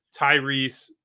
Tyrese